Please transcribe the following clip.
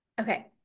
Okay